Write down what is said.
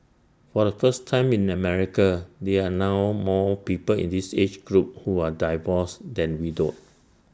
for the first time in America there are now more people in this age group who are divorced than widowed